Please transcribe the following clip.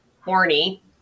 horny